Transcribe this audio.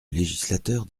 législateur